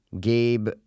Gabe